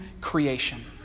creation